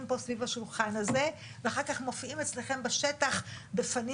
פה סביב השולחן הזה ואחר כך מופיעים אצלכם בשטח בפנים